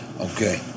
Okay